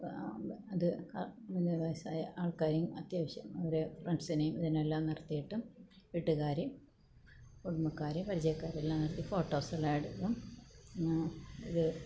അത് വയസ്സായ ആൾക്കാരെയും അത്യാവശ്യം അവര ഫ്രണ്ട്സിനെയും ഇതിനെല്ലാം നിർത്തിയിട്ട് വീട്ടുകാരെയും കുടുംബക്കാരെയും പരിചയക്കാരെ എല്ലാം നിർത്തി ഫോട്ടോസ് എല്ലാം എടുക്കും ഇത്